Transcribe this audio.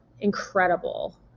incredible